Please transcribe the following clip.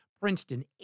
Princeton